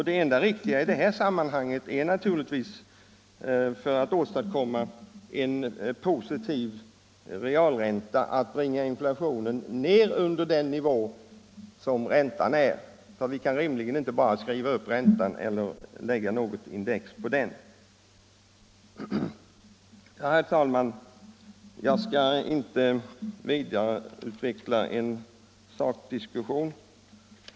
Det enda riktiga för att åstadkomma en positiv realränta är naturligtvis att bringa ned inflationen så att den ligger under räntenivån. Vi kan rimligen inte bara skriva upp räntan eller indexera den i takt med en stigande inflation. Herr talman! Jag skall inte vidare utveckla en sakdiskussion.